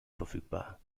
verfügbar